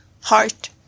Heart